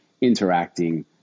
interacting